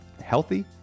healthy